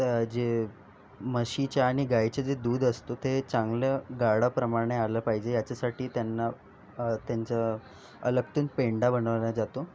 त्या जे म्हशीच्या आणि गाईचे जे दूध असतो ते चांगलं गाढाप्रमाणे आलं पाहिजे याच्यासाठी त्यांना त्यांचा अलगतून पेंडा बनवला जातो